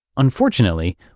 Unfortunately